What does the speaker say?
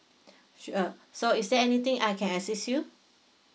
sure so is there anything I can assist you